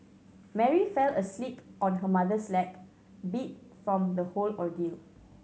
Mary fell asleep on her mother's lap beat from the whole ordeal